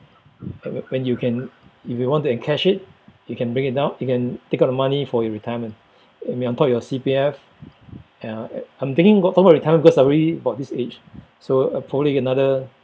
wh~ wh~ when you can if you want to encash it you can break it down you can take out the money for your retirement and we on top of your C_P_F ya I I'm thinking forward my retirement because I'm already about this age so probably another